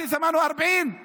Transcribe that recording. (אומר בערבית: עמותת הסיוע 48,)